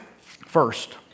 First